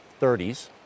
30s